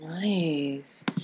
Nice